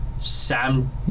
Sam